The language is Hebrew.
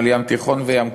על ים תיכון וים כינרת,